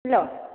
hello